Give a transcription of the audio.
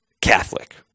Catholic